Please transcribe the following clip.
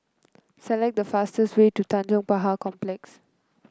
select the fastest way to Tanjong Pagar Complex